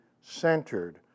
centered